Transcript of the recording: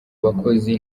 bakozi